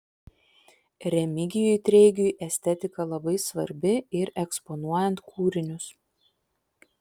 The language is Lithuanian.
remigijui treigiui estetika labai svarbi ir eksponuojant kūrinius